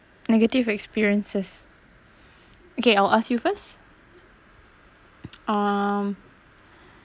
negative experiences okay I'll ask you first um